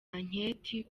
anketi